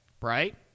right